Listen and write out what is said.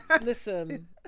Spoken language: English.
listen